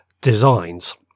designs